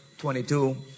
22